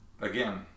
Again